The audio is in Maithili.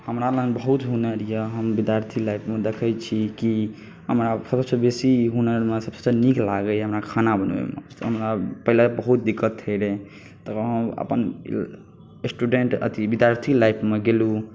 हमरा लग बहुत हुनर यए हम विद्यार्थी लाइफमे देखैत छी कि हमरा सभसँ बेसी हुनरमे सभसँ नीक लागैए हमरा खाना बनबैमे हमरा पहिले बहुत दिक्कत होइत रहय तब हम अपन स्टूडेन्ट अथी विद्यार्थी लाइफमे गेलहुँ